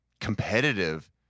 competitive